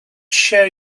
share